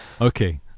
Okay